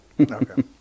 Okay